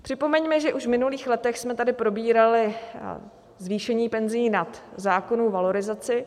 Připomeňme, že už v minulých letech jsme tady probírali zvýšení penzí nad zákonnou valorizaci.